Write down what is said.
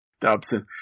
Dobson